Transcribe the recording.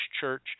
church